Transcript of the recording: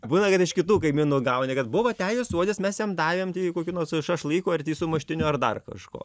būna kad iš kitų kaimynų gauni kad buvo atejis suodis mes jam davėm kokių nors šašlykų sumuštinių ar dar kažko